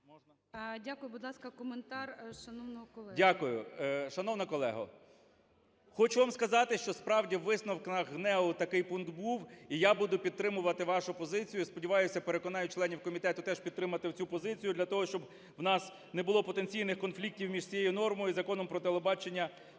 Дякую. Будь ласка, коментар шановного колеги.